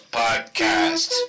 podcast